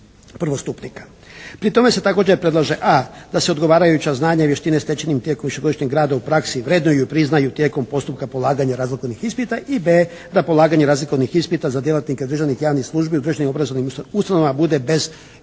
Pri tome se također predlaže a) da se odgovarajuća znanja i vještine stečenim tijekom višegodišnjeg rada u praksi vrednuju i priznaju tijekom postupka polaganja razlikovnih ispita i b) da polaganja razlikovnih ispita za djelatnike državnih i javnih službi u državnim i obrazovnim ustanovama bude bez bilo